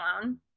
alone